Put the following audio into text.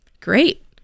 Great